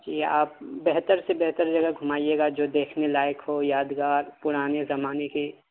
جی آپ بہتر سے بہتر جگہ گھمائیے گا جو دیکھنے کے لائق ہو یادگار پرانے زمانے کی